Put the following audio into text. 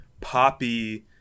poppy